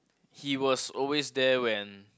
he was always there when